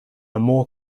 more